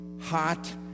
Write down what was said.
hot